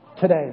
today